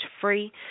free